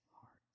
hearts